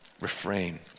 refrain